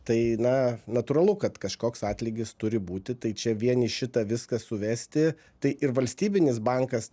tai na natūralu kad kažkoks atlygis turi būti tai čia vien į šitą viską suvesti tai ir valstybinis bankas